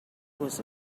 was